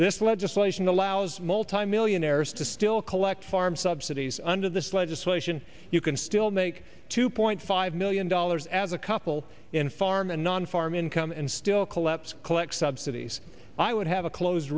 this legislation allows multimillionaires to still collect farm subsidies under this legislation you can still make two point five million dollars as a couple in farm and non farm income and still collapse collect subsidies i would have a close